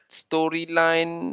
storyline